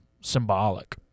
symbolic